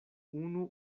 unu